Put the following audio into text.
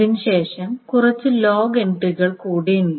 അതിനുശേഷം കുറച്ച് ലോഗ് എൻട്രികൾ കൂടി ഉണ്ട്